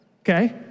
Okay